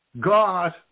God